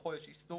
שבתוכו יש איסוף